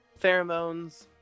pheromones